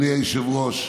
אדוני היושב-ראש,